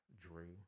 Drew